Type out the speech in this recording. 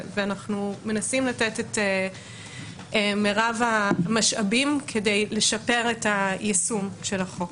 ואנחנו מנסים לתת את מרב המשאבים כדי לשפר את היישום של החוק.